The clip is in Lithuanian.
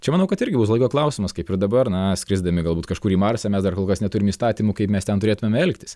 čia manau kad irgi bus laiko klausimas kaip ir dabar na skrisdami galbūt kažkur į marsą mes dar kol kas neturim įstatymų kaip mes ten turėtumėm elgtis